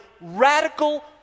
radical